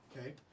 Okay